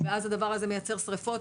הדבר הזה מייצר שריפות,